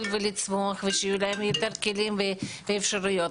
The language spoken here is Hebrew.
ולצמוח ושיהיו להם יותר כלים ואפשרויות,